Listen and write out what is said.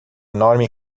enorme